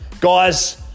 Guys